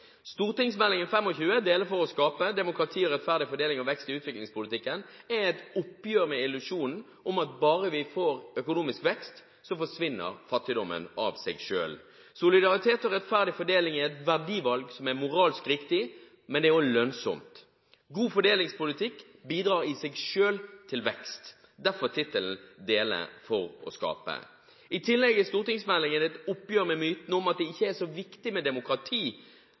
for 2012–2013, Dele for å skape – Demokrati, rettferdig fordeling og vekst i utviklingspolitikken, er et oppgjør med illusjonen om at bare vi får økonomisk vekst, så forsvinner fattigdommen av seg selv. Solidaritet og rettferdig fordeling er et verdivalg som er moralsk riktig, men det er også lønnsomt: God fordelingspolitikk bidrar i seg selv til vekst – derfor tittelen «Dele for å skape». I tillegg er stortingsmeldingen et oppgjør med myten om at det ikke er så viktig med demokrati,